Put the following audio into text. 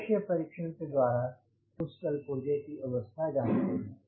दृश्य परीक्षण के द्वारा उस कल पुर्जे की अवस्था जानते हैं